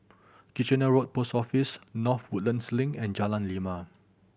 Kitchener Road Post Office North Woodlands Link and Jalan Lima